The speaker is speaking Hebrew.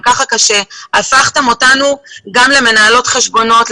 גם כך קשה אבל הפכתם אותנו גם למנהלות חשבונות,